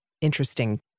interesting